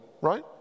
right